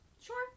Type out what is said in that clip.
Sure